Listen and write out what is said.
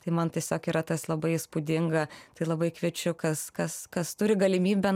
tai man tiesiog yra tas labai įspūdinga tai labai kviečiu kas kas kas turi galimybę